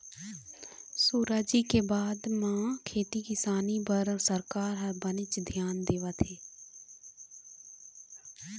सुराजी के बाद म खेती किसानी बर सरकार ह बनेच धियान देवत हे